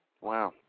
Wow